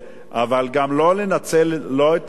אבל גם לא לנצל את הסופרים,